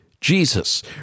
Jesus